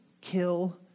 Kill